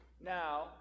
Now